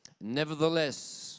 nevertheless